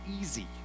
easy